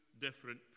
different